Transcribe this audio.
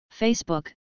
Facebook